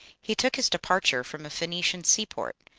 he took his departure from a phoenician seaport,